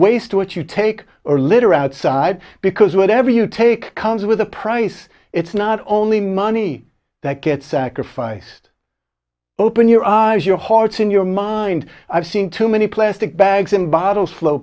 waste what you take or litter outside because whatever you take comes with a price it's not only money that gets sacrificed open your eyes your heart in your mind i've seen too many plastic bags in bottles flo